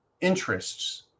interests